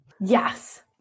Yes